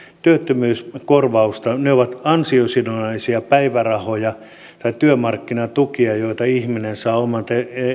työttömyyskorvausta ne ovat ansiosidonnaisia päivärahoja tai työmarkkinatukia joita ihminen saa oman